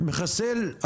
מחסל.